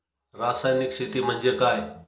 रासायनिक शेती म्हणजे काय?